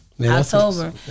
October